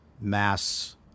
mass